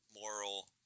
moral